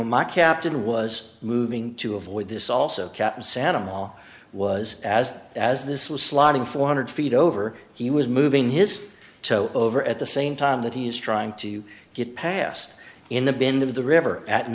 know my captain was moving to avoid this also captain satam all was as as this was sliding four hundred feet over he was moving his toe over at the same time that he is trying to get past in the bin of the river at